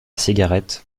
cigarette